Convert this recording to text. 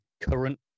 current